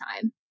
time